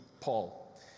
Paul